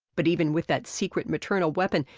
but even with that secret, maternal weapon,